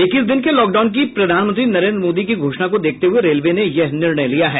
इक्कीस दिन के लॉकडाउन की प्रधानमंत्री नरेन्द्र मोदी की घोषणा को देखते हुए रेलवे ने यह निर्णय लिया है